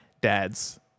dads